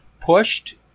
pushed